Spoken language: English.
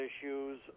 issues